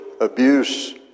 abuse